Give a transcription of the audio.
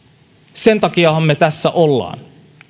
sen takiahan me tässä olemme